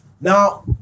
Now